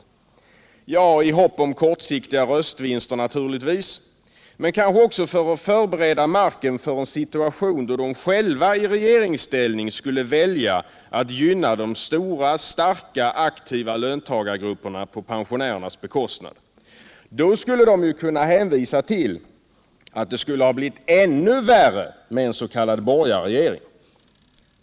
Ja, det var naturligtvis i hopp om kortsiktiga röstvinster, men kanske också för att förbereda marken för en situation då de själva i regeringsställning skulle välja att hjälpa de stora, starka aktiva löntagargrupperna på pensionärernas bekostnad. Då skulle de ju kunna hänvisa till att det skulle ha blivit ännu värre med en s.k. borgarregering.